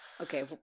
Okay